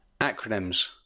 Acronyms